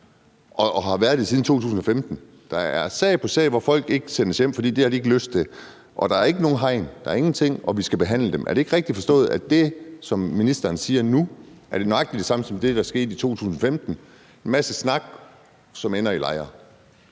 og har været det siden 2015. Der er sag på sag, hvor folk ikke sendes hjem, fordi de ikke har lyst til det. Der er ikke noget hegn, der er ingenting, og vi skal behandle sagerne. Er det ikke rigtigt forstået, at det, som ministeren siger nu, er nøjagtig det samme som det, der skete i 2015: en masse snak, som ender i lejre?